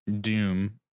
Doom